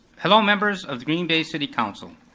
hello, members of the green bay city council.